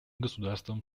государствам